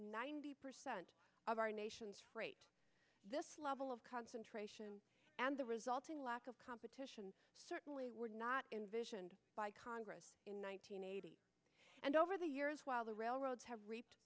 ninety percent of our nation's freight this level of concentration and the resulting lack of competition certainly were not envisioned by congress in one thousand nine hundred eighty and over the years while the railroads have reaped